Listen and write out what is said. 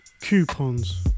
Coupons